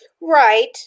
Right